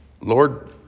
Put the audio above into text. Lord